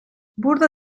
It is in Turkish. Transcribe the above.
burada